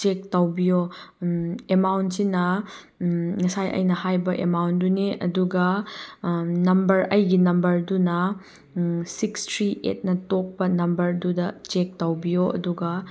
check ꯇꯧꯕꯤꯌꯣ ꯑꯦꯃꯥꯎꯟꯁꯤꯅ ꯉꯁꯥꯏ ꯑꯩꯅ ꯍꯥꯏꯕ ꯑꯦꯃꯥꯎꯟꯗꯨꯅꯤ ꯑꯗꯨꯒ ꯅꯝꯕꯔ ꯑꯩꯒꯤ ꯅꯝꯕꯔꯗꯨꯅ ꯁꯤꯛꯁ ꯊ꯭ꯔꯤ ꯑꯩꯠꯅ ꯇꯣꯞꯄ ꯅꯝꯕꯔꯗꯨꯗ ꯆꯦꯛ ꯇꯧꯕꯤꯌꯣ ꯑꯗꯨꯒ